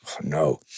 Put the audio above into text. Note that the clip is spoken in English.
no